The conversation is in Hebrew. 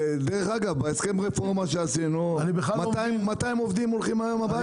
בהסכם הרפורמה שעשינו 200 עובדים הולכים היום הביתה.